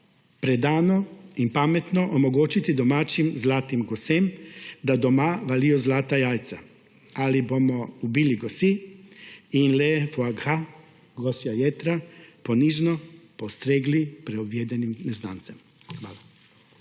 predano in pametno omogočiti domačim zlatim gosem, da doma valijo zlata jajca, ali bomo ubili gosi in le foie gras − gosja jetra ponižno postregli preobjedenim neznancem. Hvala.